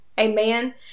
Amen